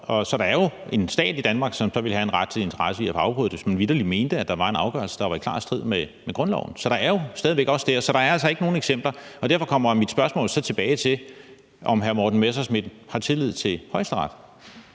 Så der er jo en stat i Danmark, som så ville have en retlig interesse i at få afprøvet det, hvis man vitterlig mente, at der var en afgørelse, der var i klar strid med grundloven. Så det er der jo stadig væk også der. Så der er altså ikke nogen eksempler, og derfor kommer mit spørgsmål så tilbage til, om hr. Morten Messerschmidt har tillid til Højesteret.